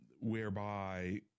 whereby